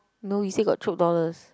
no he say got Chope dollars